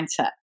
mindset